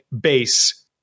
base